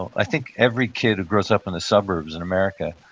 i think every kid who grows up in the suburbs in america